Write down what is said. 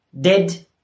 dead